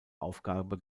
aufgabe